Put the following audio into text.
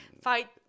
fight